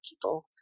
people